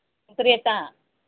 ꯇꯔꯦꯠꯇ